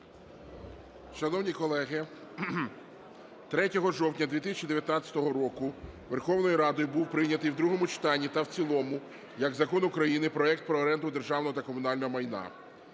Шановні колеги, 3 жовтня 2019 року Верховною Радою був прийнятий в другому читанні та в цілому як Закон України проект "Про оренду державного та комунального майна".